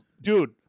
dude